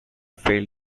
failed